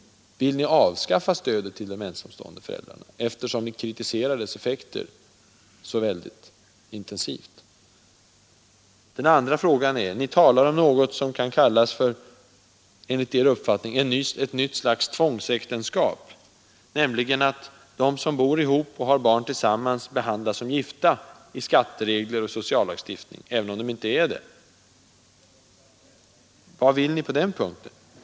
Vill ni avskaffa stödet till de ensamstående föräldrarna, eftersom ni kritiserar dess effekter så intensivt? Ni talar vidare om något som kallas ett nytt slags tvångsäktenskap, nämligen att de som bor ihop och har barn tillsammans behandlas som gifta inom skatteoch sociallagstiftningen. Vad vill ni på den punkten?